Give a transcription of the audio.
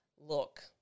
look